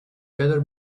better